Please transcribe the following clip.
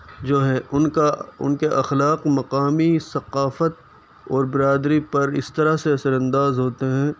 جو ہے اُن کا اُن کے اخلاق مقامی ثقافت اور برادری پر اِس طرح سے اثرانداز ہوتے ہیں